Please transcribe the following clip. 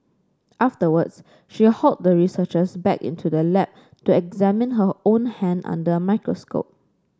afterwards she hauled the researchers back into the lab to examine her own hand under a microscope